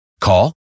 Call